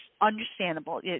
understandable